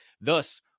thus